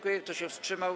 Kto się wstrzymał?